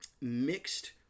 mixed